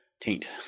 taint